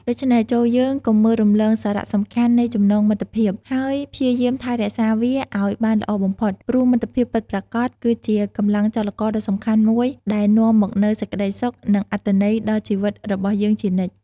ដូច្នេះ ចូរយើងកុំមើលរំលងសារៈសំខាន់នៃចំណងមិត្តភាព ហើយព្យាយាមថែរក្សាវាឱ្យបានល្អបំផុត ព្រោះមិត្តភាពពិតប្រាកដ គឺជាកម្លាំងចលករដ៏សំខាន់មួយដែលនាំមកនូវសេចក្តីសុខ និងអត្ថន័យដល់ជីវិតរបស់យើងជានិច្ច។